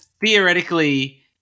theoretically